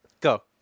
Go